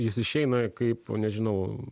jis išeina kaip nežinau